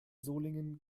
solingen